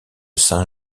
saint